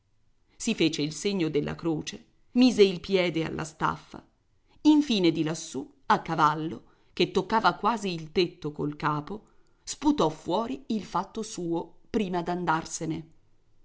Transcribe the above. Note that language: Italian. si fece il segno della croce mise il piede alla staffa infine di lassù a cavallo che toccava quasi il tetto col capo sputò fuori il fatto suo prima d'andarsene